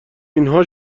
اینها